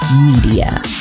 media